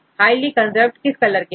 highly conserved किस colour के हैं